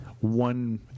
one